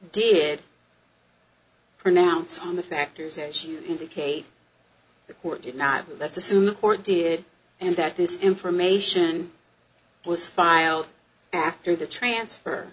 did pronounce on the factors as you indicate the court did not let's assume the court did and that this information was filed after the transfer